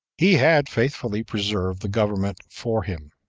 he had faithfully preserved the government for him.